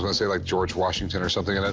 but say, like, george washington or something in it.